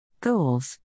Goals